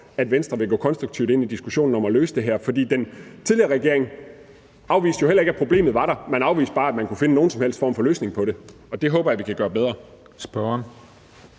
at Venstre vil gå konstruktivt ind i diskussionen om at løse det her. For den tidligere regering afviste jo heller ikke, at problemet var der – man afviste bare, at man kunne finde nogen som helst form for løsning på det, og det håber jeg vi kan gøre bedre.